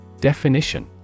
Definition